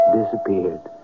disappeared